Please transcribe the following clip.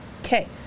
Okay